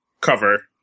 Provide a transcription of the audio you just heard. cover